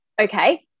okay